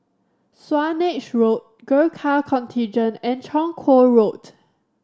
Swanage Road Gurkha Contingent and Chong Kuo Road